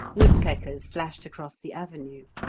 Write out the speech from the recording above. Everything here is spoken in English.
woodpeckers flashed across the avenue.